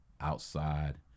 outside